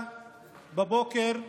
בבוקר,